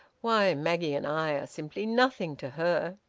why, maggie and i are simply nothing to her!